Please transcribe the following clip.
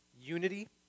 unity